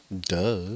Duh